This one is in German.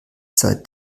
seit